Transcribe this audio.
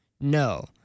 No